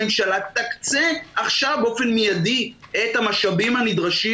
הממשלה תקצה עכשיו באופן מידי את המשאבים הנדרשים